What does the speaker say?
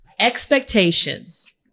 expectations